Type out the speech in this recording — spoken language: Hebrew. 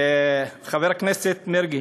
חבר הכנסת מרגי,